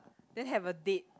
then have a date